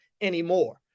anymore